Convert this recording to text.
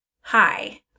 hi